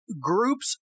groups